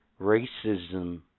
racism